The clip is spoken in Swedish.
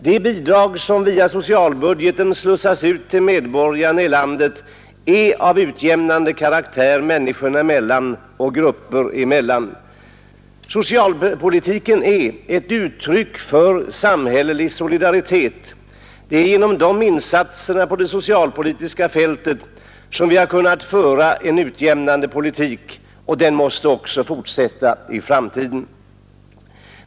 De bidrag som via socialbudgeten slussas ut till medborgarna i landet har en utjämnande effekt människorna emellan och grupper emellan. Socialpolitiken är ett uttryck för samhällelig solidaritet. Det är genom insatserna på det socialpolitiska fältet som vi har kunnat föra en utjämnande politik, och den måste vi fortsätta att föra i framtiden.